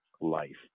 life